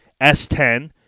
S10